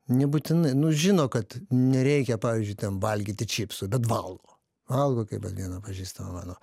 nebūtinai nu žino kad nereikia pavyzdžiui ten valgyti čipsų bet valgo valgo kaip vat viena pažįstama mano